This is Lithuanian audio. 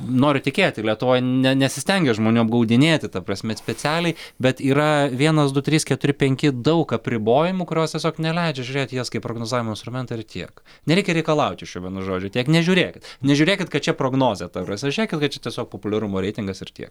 noriu tikėti lietuvoj ne nesistengia žmonių apgaudinėti ta prasme specialiai bet yra vienas du trys keturi penki daug apribojimų kurios tiesiog neleidžia žiūrėti į jas kaip prognozuojamą instrumentą ir tiek nereikia reikalaut iš jų vienu žodžiu tiek nežiūrėkit nežiūrėkit kad čia prognozė ta prasme žiūrėkit kad čia tiesiog populiarumo reitingas ir tiek